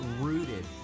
rooted